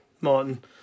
Martin